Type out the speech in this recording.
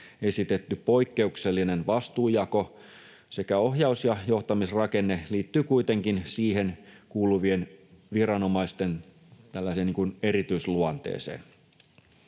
esitetty poikkeuksellinen vastuunjako sekä ohjaus- ja johtamisrakenne liittyvät kuitenkin siihen kuuluvien viranomaisten erityisluonteeseen.